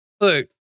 Look